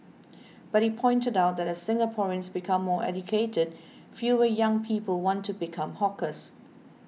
but he pointed out that as Singaporeans become more educated fewer young people want to become hawkers